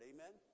Amen